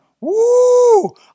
Woo